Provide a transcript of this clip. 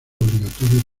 obligatorio